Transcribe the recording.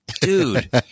Dude